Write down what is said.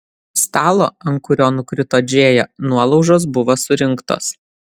stalo ant kurio nukrito džėja nuolaužos buvo surinktos